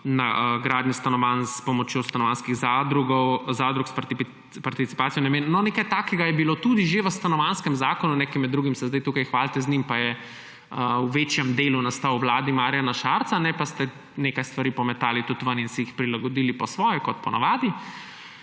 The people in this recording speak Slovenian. gradnje stanovanj s pomočjo stanovanjskih zadrug s participacijo namenjeno. No, nekaj takega je bilo tudi že v Stanovanjskem zakonu. Med drugim se zdaj tukaj hvalite z njim, pa je v večjem delu nastal v vladi Marjana Šarca, nekaj stvari ste tudi pometali ven in si jih prilagodili po svoje, kot po navadi.